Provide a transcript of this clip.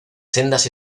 sendas